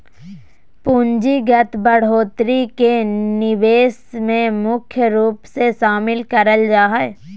पूंजीगत बढ़ोत्तरी के निवेश मे मुख्य रूप से शामिल करल जा हय